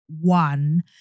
one